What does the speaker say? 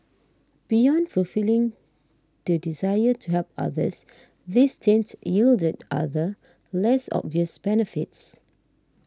beyond fulfilling the desire to help others this stint yielded other less obvious benefits